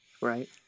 Right